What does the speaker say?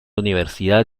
universidad